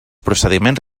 procediments